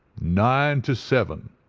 nine to seven!